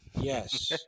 Yes